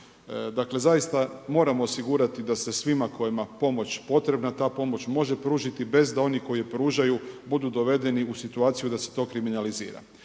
Dakle zaista, moramo osigurati da se svima kojima pomoć potrebna, ta pomoć može pružiti bez da oni koji je pružaju budu dovedeni u situaciju da se to kriminalizira.